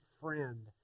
friend